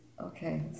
okay